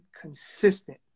consistent